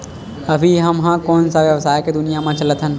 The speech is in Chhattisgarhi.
अभी हम ह कोन सा व्यवसाय के दुनिया म चलत हन?